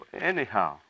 Anyhow